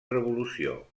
revolució